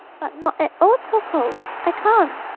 but not at old tokoe's, i can't.